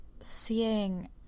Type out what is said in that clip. seeing